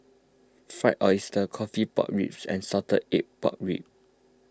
Fried Oyster Coffee Pork Ribs and Salted Egg Pork Ribs